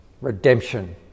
redemption